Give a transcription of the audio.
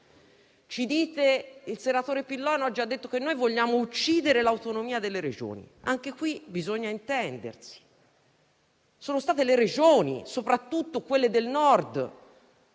Il senatore Pillon oggi ha detto che noi vogliamo uccidere l'autonomia delle Regioni: anche qui bisogna intendersi, perché sono state le Regioni, soprattutto quelle del Nord